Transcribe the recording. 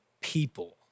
people